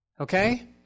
Okay